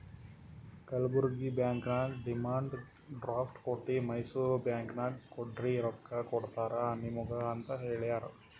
Kalburgi bank ನಾಗ್ demand draft ಕೊಟ್ಟಿ Mysore bank ನಾಗ್ ಕೊಡ್ರಿ ರೊಕ್ಕಾ ಕೊಡ್ತಾರ ನಿಮುಗ ಅಂತ್ ಹೇಳ್ಯಾರ್